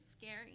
scary